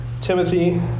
Timothy